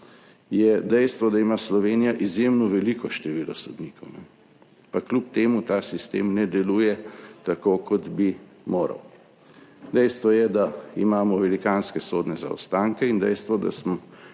je dejstvo, da ima Slovenija izjemno veliko število sodnikov, pa kljub temu ta sistem ne deluje tako, kot bi moral. Dejstvo je, da imamo velikanske sodne zaostanke, in dejstvo, da smo